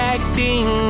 Acting